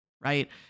right